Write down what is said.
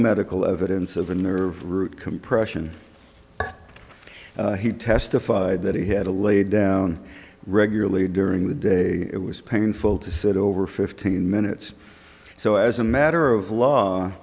medical evidence of a nerve root compression he testified that he had to lay down regularly during the day it was painful to sit over fifteen minutes so as a matter of law